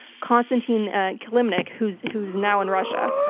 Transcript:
konstantin kilimnick, who's who's now in russia.